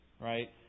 right